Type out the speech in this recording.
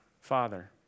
Father